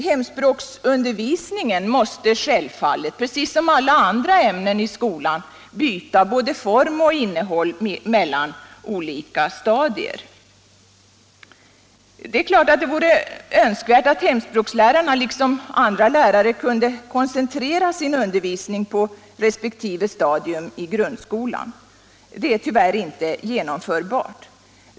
Hemspråksundervisningen måste självfallet precis som alla andra ämnen i skolan byta både form och innehåll mellan olika stadier. Det är klart att det vore önskvärt att hemspråkslärarna liksom andra lärare kunde koncentrera sin undervisning på resp. stadium i grundskolan. Det är tyvärr inte genomförbart.